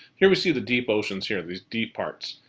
here we see the deep oceans here, these deep parts.